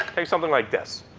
take something like this,